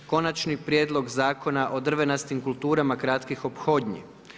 Konačni prijedlog Zakona o drvenastim kulturama kratkih ophodnji.